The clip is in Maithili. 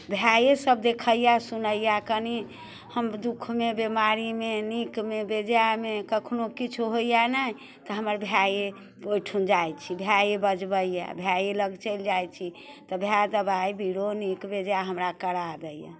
भाये सब देखैया सुनैया कनि हम दुःखमे बिमारीमे नीकमे बेजायमे कखनो किछु होइया ने तऽ हमर भाये ओहिठुन जाइत छी भाये बजबैया भाये लग चलि जाइत छी तऽ भाये दवाइ बीरो नीक बेजाय हमरा करा दैया